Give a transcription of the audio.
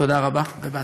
תודה רבה, ובהצלחה.